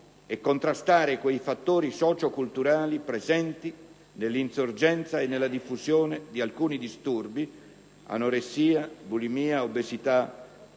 e contrastare quei fattori, socio-culturali presenti nell'insorgenza e nella diffusione di alcuni disturbi (anoressia, bulimia, obesità